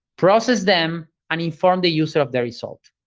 process them, and inform the user of the result,